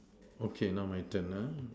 okay now my turn ah